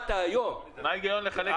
מה ההיגיון לחלק ---?